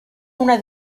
una